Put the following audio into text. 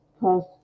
cause